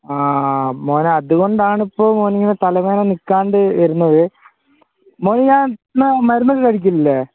ആ മോനെ അതുകൊണ്ടാണിപ്പോൾ മോനിങ്ങനെ തലവേദന നിൽക്കാണ്ട് വരുന്നത് മോന് ഞാൻ തന്ന മരുന്നൊക്കെ കഴിക്കുന്നില്ലേ